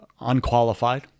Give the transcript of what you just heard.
unqualified